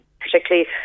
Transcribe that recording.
particularly